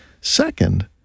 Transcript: Second